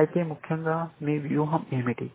అయితే ముఖ్యంగా మీ వ్యూహం ఏమిటి